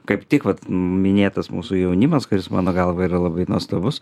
kaip tik vat minėtas mūsų jaunimas kuris mano galva yra labai nuostabus